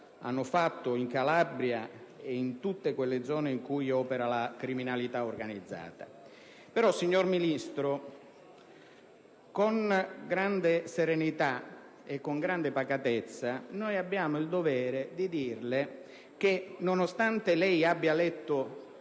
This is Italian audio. hanno condotto in Calabria e in tutte le zone dove opera la criminalità organizzata. Tuttavia, signor Ministro, con grande serenità e pacatezza, noi abbiamo il dovere di dirle che, nonostante lei abbia letto